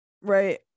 Right